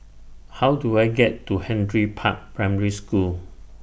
How Do I get to Henry Park Primary School